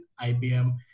IBM